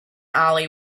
ali